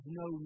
no